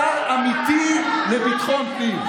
שר אמיתי לביטחון פנים.